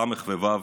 בסמ"ך ובוי"ו,